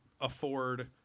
afford